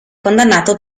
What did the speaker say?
condannato